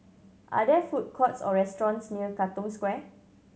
are there food courts or restaurants near Katong Square